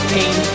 pain